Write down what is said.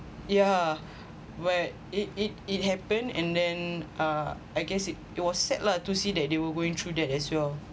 yeah when it it it happened and then uh I guess it it was sad lah to see that they were going through that as well